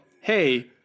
hey